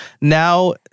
Now